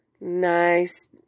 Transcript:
nice